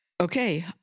Okay